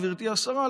גברתי השרה,